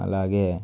అలాగే